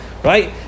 right